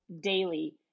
daily